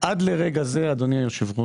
שעד לרגע זה , אדוני היושב-ראש,